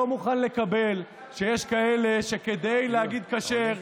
אבל אני לא מוכן לקבל שיש כאלה שכדי להגיד "כשר",